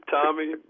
Tommy